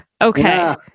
Okay